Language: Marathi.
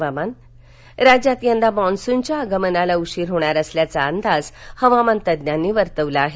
हवामान राज्यात यंदा मान्सूनच्या आगमनाला उशीर होणार असल्याचा अंदाज हवामान तज्ज्ञांनी वर्तविला आहे